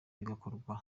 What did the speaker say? bigakorwa